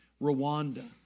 Rwanda